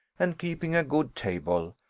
and keeping a good table,